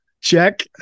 Check